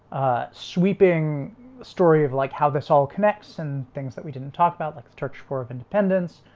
sweeping story of like how this all connects and things that we didn't talk about like the church war of independence